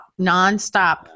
nonstop